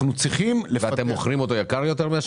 אתם מוכרים אותו במחיר יקר יותר?